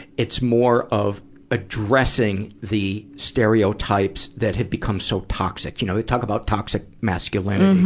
it's more of addressing the stereotypes that have become so toxic. you know, they talk about toxic masculinity.